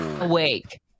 Awake